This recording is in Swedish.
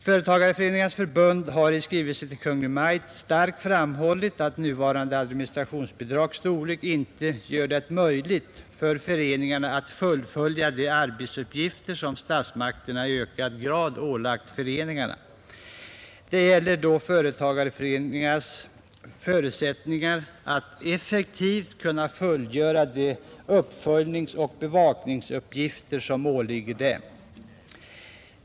Företagareföreningarnas förbund har i skrivelse till Kungl. Maj:t starkt framhållit att nuvarande administrationsbidrags storlek inte gör det möjligt för föreningarna att fullgöra de arbetsuppgifter som statsmakterna i ökad grad ålagt föreningarna. Det gäller då företagareföreningarnas förutsättningar att effektivt fullgöra de uppföljningsoch bevakningsuppgifter som åligger dem.